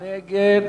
מי נגד?